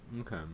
Okay